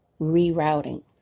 rerouting